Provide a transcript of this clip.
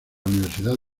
universidad